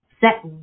Set